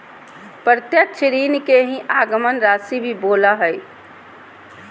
प्रत्यक्ष ऋण के ही आगमन राशी भी बोला हइ